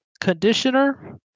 conditioner